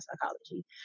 psychology